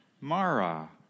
Mara